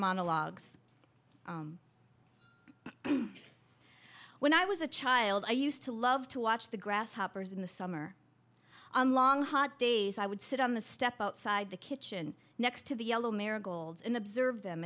monologues when i was a child i used to love to watch the grasshoppers in the summer on long hot days i would sit on the step outside the kitchen next to the yellow marigolds and observe them